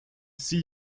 sie